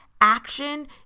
action